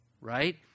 right